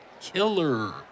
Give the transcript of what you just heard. killer